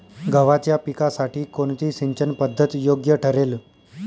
गव्हाच्या पिकासाठी कोणती सिंचन पद्धत योग्य ठरेल?